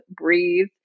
breathe